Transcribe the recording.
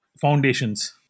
foundations